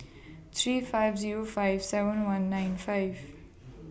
three five Zero five seven one nine five